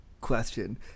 question